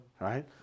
right